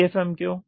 DFM क्यों